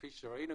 כפי שראינו,